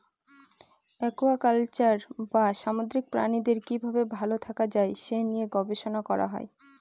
aquaculture বা সামুদ্রিক প্রাণীদের কি ভাবে ভালো থাকা যায় সে নিয়ে গবেষণা করা হয়